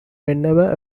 whenever